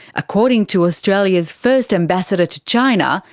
according to australia's first ambassador to china,